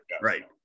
Right